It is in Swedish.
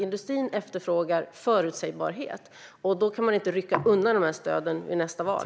Industrin efterfrågar förutsägbarhet, och då kan man inte rycka undan stöden efter nästa val.